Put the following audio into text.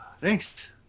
Thanks